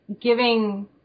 giving